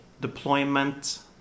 deployment